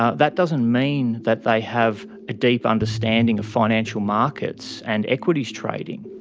ah that doesn't mean that they have a deep understanding of financial markets and equities trading.